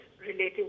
relating